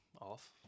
off